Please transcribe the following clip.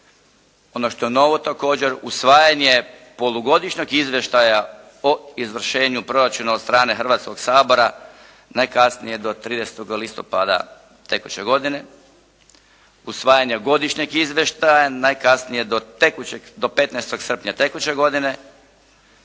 Ono što je novo također, usvajanje polugodišnjeg izvještaja o izvršenju proračuna od strane Hrvatskog sabora najkasnije do 30. listopada tekuće godine, usvajanja godišnjeg izvještaja najkasnije do tekućeg, do 15. srpnja tekuće godine.